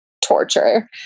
torture